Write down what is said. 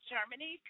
Germany